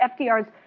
FDR's